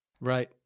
Right